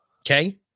Okay